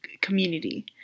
community